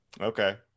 Okay